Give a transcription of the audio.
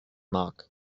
markt